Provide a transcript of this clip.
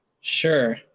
Sure